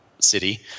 city